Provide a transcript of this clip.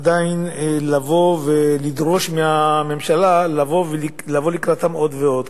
עדיין לבוא ולדרוש מהממשלה לבוא לקראתם עוד ועוד.